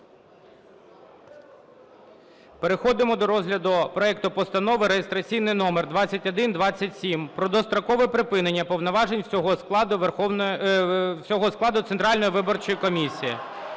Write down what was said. Переходимо до розгляду проекту Постанови реєстраційний номер 2127 про дострокове припинення повноважень всього складу Центральної виборчої комісії.